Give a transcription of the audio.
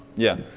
yeah.